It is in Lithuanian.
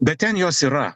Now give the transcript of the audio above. bet ten jos yra